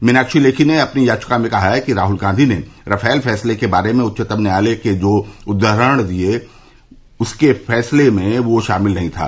मीनाक्षी लेखी ने अपनी याचिका में कहा है कि राहुल गांधी ने रफाल फैसले के बारे में उच्चतम न्यायालय के जो उद्वरण दिये वे उसके फैसले में शामिल नहीं थे